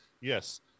yes